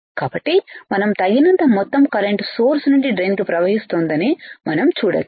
కాబట్టి మనం తగినంత మొత్తం కరెంటు సోర్స్ నుండి డ్రెయిన్ కి ప్రవహిస్తోందని మనం చూడచ్చు